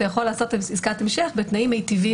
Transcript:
אתה יכול לעשות עסקת המשך בתנאים מיטיבים